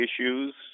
issues